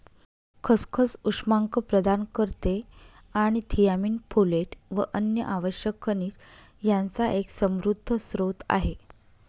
खसखस उष्मांक प्रदान करते आणि थियामीन, फोलेट व अन्य आवश्यक खनिज यांचा एक समृद्ध स्त्रोत आहे